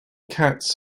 cats